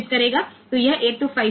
આ 8255 નો pin diagram છે